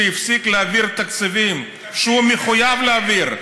שהפסיק להעביר תקציבים שהוא מחויב להעביר.